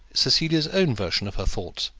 cecilia's own version of her thoughts,